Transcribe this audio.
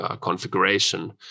configuration